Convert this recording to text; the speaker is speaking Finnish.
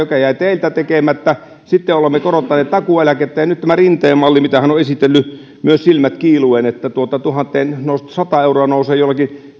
mikä jäi teiltä tekemättä sitten olemme korottaneet takuueläkettä tämä rinteen malli mitä hän on esitellyt silmät kiiluen että sata euroa nousee jollakin